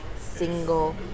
single